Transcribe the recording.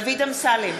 דוד אמסלם,